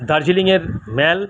দার্জিলিংয়ের ম্যাল